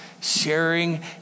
sharing